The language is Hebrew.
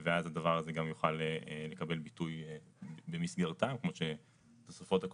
שר הבריאות ויחד עם שר הרווחה ובאמת הביאו כאן תוכנית שהיא משמעותית